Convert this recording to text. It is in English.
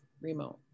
remote